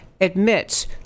admits